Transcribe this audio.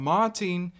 Martin